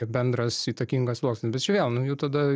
bendras įtakingas sluoksnis bet čia vėl nu jau tada